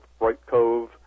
Brightcove